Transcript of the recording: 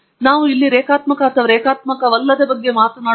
ನಾವು ಇಲ್ಲಿ ರೇಖಾತ್ಮಕ ಅಥವಾ ರೇಖಾತ್ಮಕವಲ್ಲದ ಬಗ್ಗೆ ಮಾತನಾಡುತ್ತಿಲ್ಲ